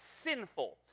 sinful